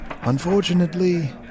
Unfortunately